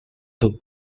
took